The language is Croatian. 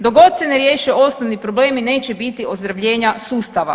Dok god se ne riješe osnovni problemi neće biti ozdravljenja sustava.